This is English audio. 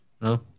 no